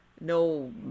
no